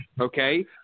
okay